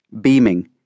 beaming